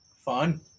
Fun